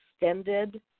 extended